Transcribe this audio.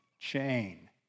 chain